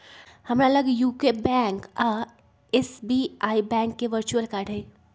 हमरा लग UCO bank आऽ एस.बी.आई बैंक के वर्चुअल कार्ड हइ